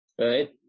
right